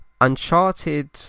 Uncharted